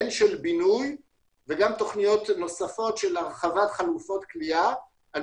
הן של בינוי ותכניות נוספות של הרחבת חלופות כליאה על